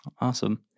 Awesome